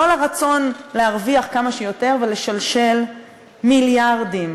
לא לרצון להרוויח כמה שיותר ולשלשל מיליארדים,